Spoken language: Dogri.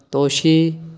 तोछी